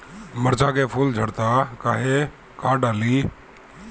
मिरचा के फुलवा झड़ता काहे का डाली?